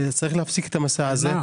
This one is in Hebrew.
צריך להפסיק את המצב הזה,